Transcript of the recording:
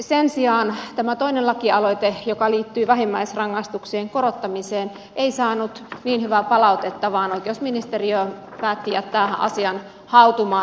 sen sijaan tämä toinen lakialoite joka liittyy vähimmäisrangaistuksien korottamiseen ei saanut niin hyvää palautetta vaan oikeusministeriö päätti jättää asian hautumaan